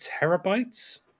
terabytes